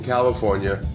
California